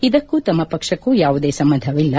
ಇದಕ್ಕೂ ತಮ್ನ ಪಕ್ಷಕೂ ಯಾವುದೇ ಸಂಬಂಧವಿಲ್ಲ